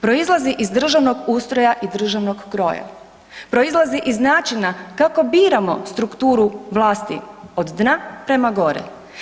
Proizlazi iz državnog ustroja i državnog kroja, proizlazi iz načina kako biramo strukturu vlasti od dna prema gore.